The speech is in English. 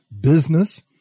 business